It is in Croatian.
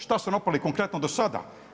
Šta su napravili konkretno do sada?